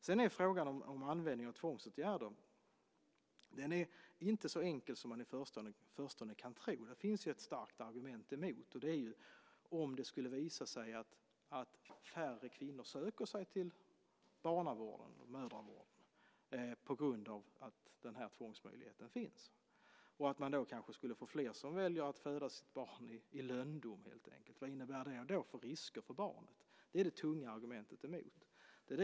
Sedan har vi frågan om användning av tvångsåtgärder, som inte är så enkel som man i förstone kan tro. Det finns ett starkt argument emot, nämligen om det skulle visa sig att färre kvinnor söker sig till barnavården eller mödravården på grund av att denna tvångsmöjlighet finns och att man då kanske skulle få fler som väljer att föda sitt barn i lönndom, helt enkelt, med allt vad det innebär i fråga om risker för barnet. Det är det tunga argumentet emot.